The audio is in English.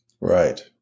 Right